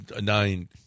nine